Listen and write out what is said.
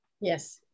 yes